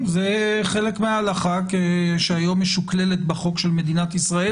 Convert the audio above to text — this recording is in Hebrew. זה חלק מההלכה שהיום משוקללת בחוק של מדינת ישראל.